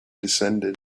descended